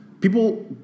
people